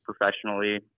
professionally